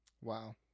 Wow